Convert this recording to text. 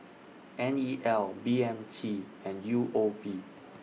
N E L B M T and U O B